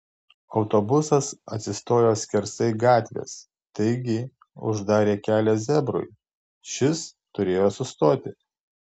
autobusas atsistojo skersai gatvės taigi uždarė kelią zebrui šis turėjo sustoti